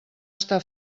està